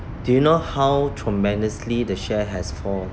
do you know how tremendously the share has fall